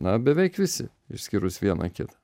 na beveik visi išskyrus vieną kitą